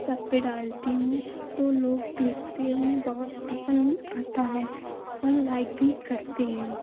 सब पर डालती हूँ तो लोग देखते हैं उन्हें बहुत पसंद आता है और लाइक भी करते हैं